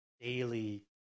daily